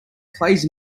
plays